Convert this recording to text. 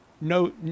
no